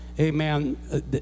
Amen